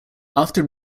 after